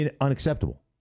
Unacceptable